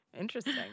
interesting